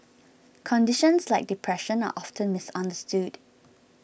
conditions like depression are often misunderstood